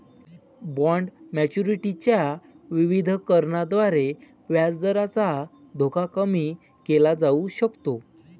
bond maturity च्या विविधीकरणाद्वारे व्याजदराचा धोका कमी केला जाऊ शकतो